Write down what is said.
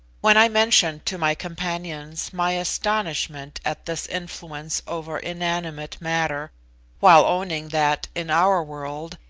when i mentioned to my companions my astonishment at this influence over inanimate matter while owning that, in our world,